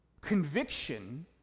Conviction